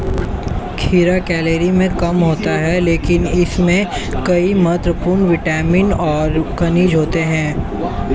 खीरा कैलोरी में कम होता है लेकिन इसमें कई महत्वपूर्ण विटामिन और खनिज होते हैं